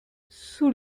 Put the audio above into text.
sous